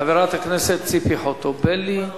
חברת הכנסת ציפי חוטובלי.